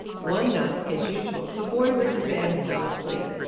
one night, as usual, the boy went to bed and fell asleep.